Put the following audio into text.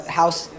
house